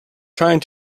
trying